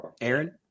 Aaron